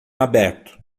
aberto